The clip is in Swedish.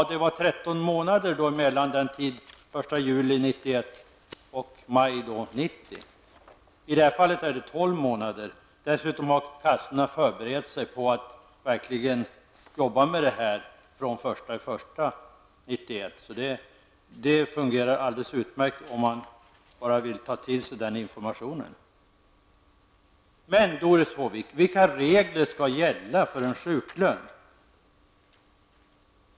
Det är 13 månader mellan maj 1990 och juli 1991. Nu blir det tolv månader. Dessutom har kassorna förberett sig för att kunna jobba med detta fram till den 1 januari 1992. Det kommer alltså att kunna fungera alldeles utmärkt, om man bara vill ta till sig den informationen. Men, Doris Håvik, vilka regler skall gälla för en sjuklön?